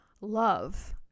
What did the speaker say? love